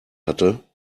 hatte